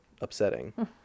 upsetting